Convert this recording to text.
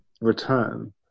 return